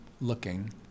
looking